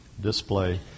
display